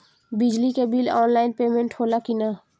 बिजली के bill online payment होला कि ना?